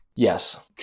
Yes